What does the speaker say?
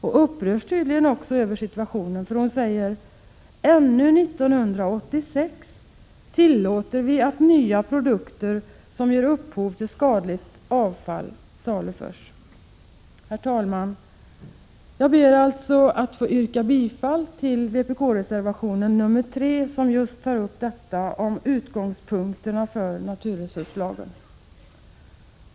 Och hon upprörs tydligen också över situationen, för hon säger: ”Ännu 1986 tillåter vi att nya produkter, som ger upphov till skadligt avfall, saluförs.” Herr talman! Jag ber att få yrka bifall till vpk-reservation nr 3 om utgångspunkterna för naturresurslagen.